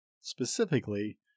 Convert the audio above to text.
specifically